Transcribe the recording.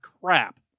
crap